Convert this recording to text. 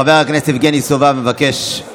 חבר הכנסת יבגני סובה מבקש.